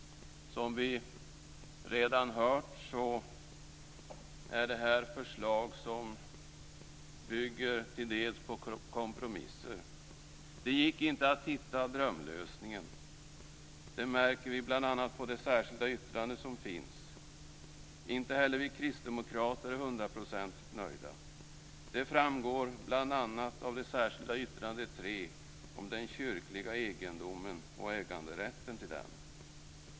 Som vi redan har hört är det här förslag som till dels bygger på kompromisser. Det gick inte att hitta drömlösningen, det märker vi bl.a. på de särskilda yttranden som finns. Inte heller vi kristdemokrater är hundraprocentigt nöjda. Det framgår bl.a. av det särskilda yttrandet, nr 3, om den kyrkliga egendomen och äganderätten till den.